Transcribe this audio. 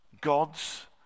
God's